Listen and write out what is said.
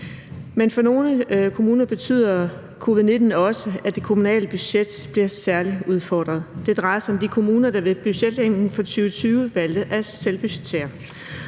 men for nogle kommuner betyder covid-19 også, at det kommunale budget bliver særlig udfordret. Det drejer sig om de kommuner, der ved budgetlægningen for 2020 valgte at selvbudgettere.